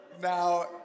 Now